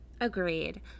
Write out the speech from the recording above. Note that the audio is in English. Agreed